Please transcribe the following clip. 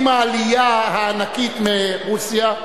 עם העלייה הענקית מרוסיה,